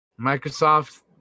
Microsoft